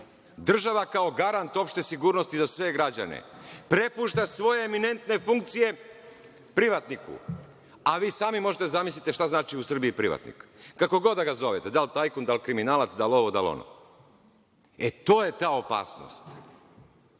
Država, kao garant opšte sigurnosti za sve građane, prepušta svoje eminentne funkcije privatniku, a vi sami možete da zamislite šta znači u Srbiji privatnik. Kako god da ga zovete, da li tajkun, da li kriminalac, da li ovo, da li ono. E, to je ta opasnost. Zato